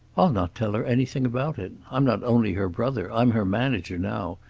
i'll not tell her anything about it. i'm not only her brother i'm her manager now.